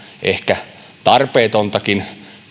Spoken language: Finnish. ehkä tarpeetontakin